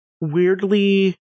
weirdly